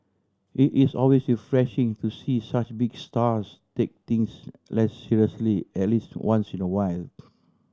it is always refreshing to see such big stars take things less seriously at least once in a while